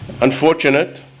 unfortunate